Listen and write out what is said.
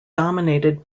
dominated